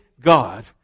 God